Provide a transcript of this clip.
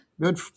good